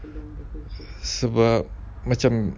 sebab macam